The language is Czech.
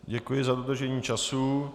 Děkuji za dodržení času.